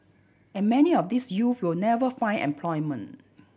and many of these youth will never find employment